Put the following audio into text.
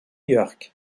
york